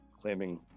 claiming